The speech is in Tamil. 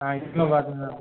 நான் இப்போ தான்